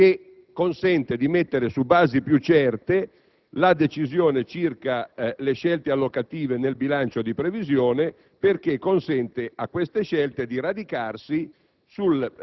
che consente di mettere su basi più certe la decisione circa le scelte allocative nel bilancio di previsione, perché consente a queste scelte di radicarsi